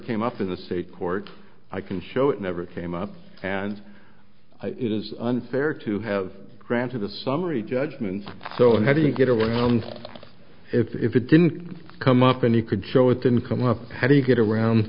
came up in the state court i can show it never came up and it is unfair to have granted a summary judgment so how do you get overwhelmed if it didn't come up and you could show it didn't come up how do you get around